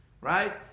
right